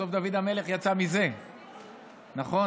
בסוף דוד המלך יצא מזה, נכון?